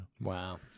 Wow